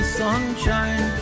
sunshine